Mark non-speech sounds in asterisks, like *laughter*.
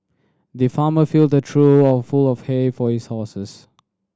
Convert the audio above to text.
the farmer filled a trough *unintelligible* of hay for his horses